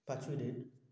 पाचवी डेट